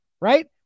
right